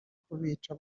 kubica